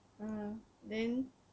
uh then